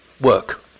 work